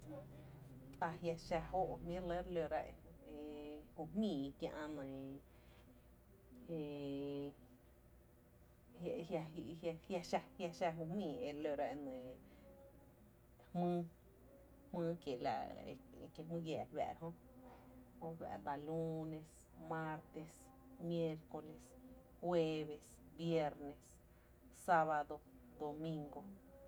Lunes, martes, miércoles, jueves, viernes, sábado, domingo.